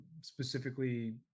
specifically